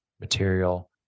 material